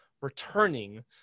returning